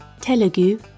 Telugu